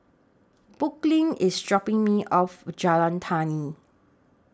Brooklyn IS dropping Me off Jalan Tani